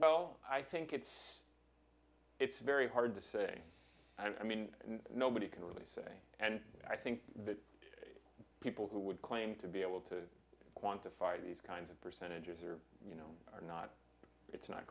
well i think it's it's very hard to say and i mean nobody can really say and i think that people who would claim to be able to quantify these kinds of percentages or you know are not it's not